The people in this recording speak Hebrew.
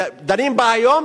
דנים בה היום